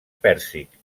pèrsic